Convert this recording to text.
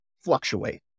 Fluctuate